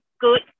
good